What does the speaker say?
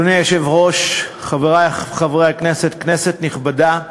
אדוני היושב-ראש, חברי חברי הכנסת, כנסת נכבדה,